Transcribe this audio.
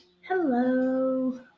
Hello